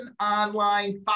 online